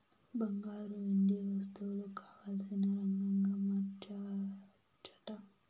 బంగారు, వెండి వస్తువులు కావల్సిన రకంగా మార్చచ్చట